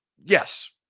yes